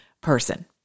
person